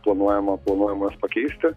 planuojama planuojama juos pakeisti